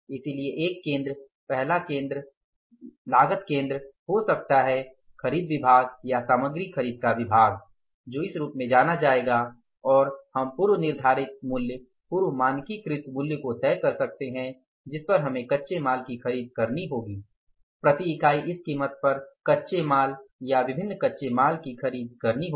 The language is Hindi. इसलिए एक केंद्र पहला लागत केंद्र हो सकता है जिसे खरीद विभाग या सामग्री खरीद का विभाग के रूप में जाना जाएगा और हम पूर्व निर्धारित मूल्य पूर्व मानकीकृत मूल्य को तय कर सकते हैं जिस पर हमें कच्चे माल की खरीद करनी होगी प्रति इकाई इस कीमत पर कच्चे माल या विभिन्न कच्चे माल की खरीद करनी होगी